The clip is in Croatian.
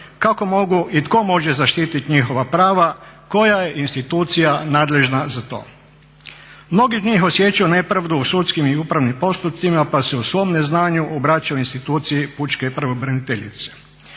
kako mogu i tko može zaštititi njihova prava, koja je institucija nadležna za to? Mnogi od njih osjećaju nepravdu u sudskim i upravnim postupcima, pa se u svom neznanju obraćaju instituciji pučke pravobraniteljice.